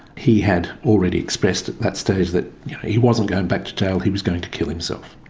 he had already expressed at that stage that he wasn't going back to jail, he was going to kill himself.